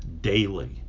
daily